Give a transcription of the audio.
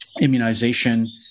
immunization